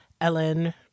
Ellen